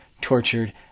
tortured